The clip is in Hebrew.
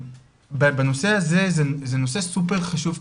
בנושא הזה זה נושא סופר חשוב,